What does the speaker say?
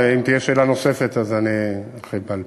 ואם תהיה שאלה נוספת אני ארחיב בעל-פה.